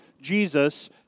Jesus